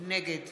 נגד